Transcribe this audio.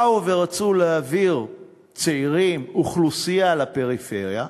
באו ורצו להעביר צעירים, אוכלוסייה, לפריפריה,